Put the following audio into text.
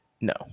No